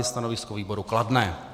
Stanovisko výboru kladné.